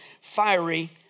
fiery